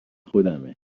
خودمه